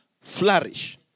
flourish